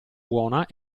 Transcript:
buona